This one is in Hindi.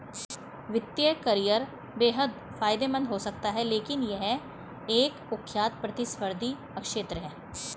वित्तीय करियर बेहद फायदेमंद हो सकता है लेकिन यह एक कुख्यात प्रतिस्पर्धी क्षेत्र है